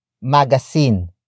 magazine